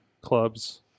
clubs